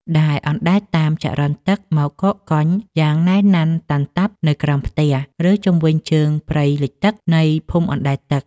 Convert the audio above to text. ដែលអណ្ដែតតាមចរន្តទឹកមកកកកុញយ៉ាងណែនណាន់តាន់តាប់នៅក្រោមផ្ទះ ឬជុំវិញជើងព្រៃលិចទឹកនៃភូមិអណ្តែតទឹក។